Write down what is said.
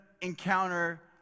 encounter